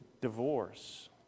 divorce